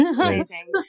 Amazing